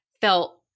felt